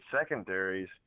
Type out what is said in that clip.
secondaries